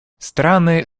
страны